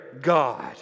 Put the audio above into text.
God